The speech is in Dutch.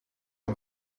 een